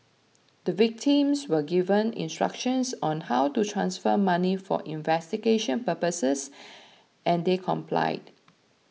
the victims were given instructions on how to transfer money for investigation purposes and they complied